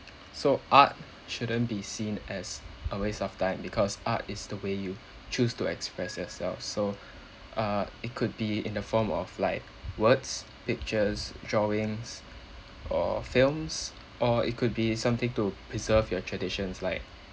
so art shouldn't be seen as a waste of time because art is the way you choose to express yourself so uh it could be in the form of like words pictures drawings or films or it could be something to preserve your traditions like